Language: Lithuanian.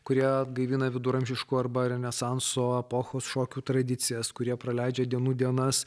kurie atgaivina viduramžiško arba renesanso epochos šokių tradicijas kurie praleidžia dienų dienas